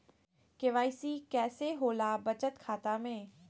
KYC कैसे होला बचत खाता में?